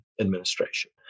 administration